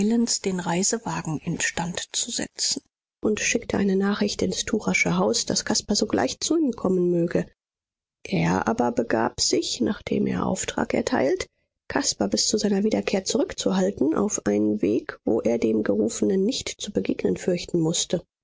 den reisewagen instand zu setzen und schickte eine nachricht ins tuchersche haus daß caspar sogleich zu ihm kommen möge er aber begab sich nachdem er auftrag erteilt caspar bis zu seiner wiederkehr zurückzuhalten auf einem weg wo er dem gerufenen nicht zu begegnen fürchten mußte